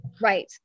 Right